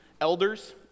elders